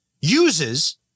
uses